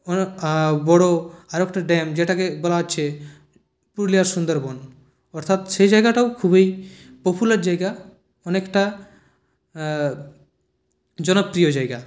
বড়ো আর একটা ড্যাম যেটাকে বলা হচ্ছে পুরুলিয়ার সুন্দরবন অর্থাৎ সেই জায়গাটাও খুবি পপুলার জায়গা অনেকটা জনপ্রিয় জায়গা